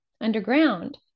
underground